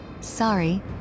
Sorry